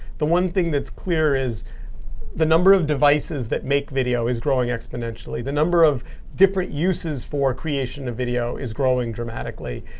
the one thing that's clear is the number of devices that make video is growing exponentially. the number of different uses for creation of video is growing dramatically.